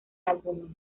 álbumes